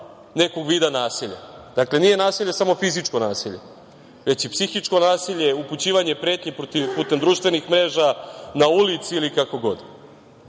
nekog vida nasilja. Dakle, nije nasilje samo fizičko nasilje, već i psihičko nasilje, upućivanje pretnji putem društvenih mreža, na ulici ili kako god. Ne